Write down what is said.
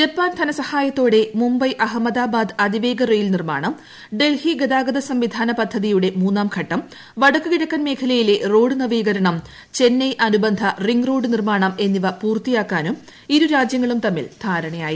Japan ധനസഹായത്തോടെ മുംബൈ അഹമ്മദാബാദ് അതിവേഗ rail നിർമ്മാണം ഡൽഹി ഗതാഗത സംവിധാന പദ്ധതിയുടെ മൂന്നാംഘട്ടം വടക്ക് കിഴക്കൻ മേഖലയിലെ റോഡ് നവീകരണം ചെന്നൈ അനുബന്ധ റിംഗ് റോഡ് നിർമ്മാണം എന്നിവ പൂർത്തിയാക്കാനും ഇരു രാജൃങ്ങളും തമ്മിൽ ധാരണയായി